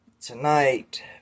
tonight